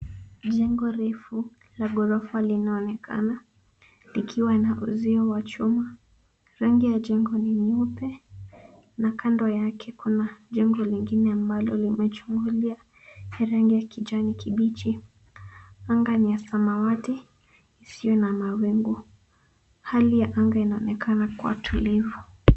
Jengo refu la ghorofa linaonekana likiwa na uzio wa chuma. Rangi ya jengo ni nyeupe na kando yake kuna jengo lingine ambalo limechungulia ya rangi ya kijani kibichi. Anga ni ya samawati isiyo na mawingu. Hali ya anga inaonekana kuwa tulivu.